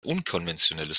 unkonventionelles